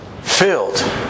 Filled